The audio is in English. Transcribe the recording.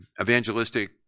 evangelistic